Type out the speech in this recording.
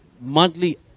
monthly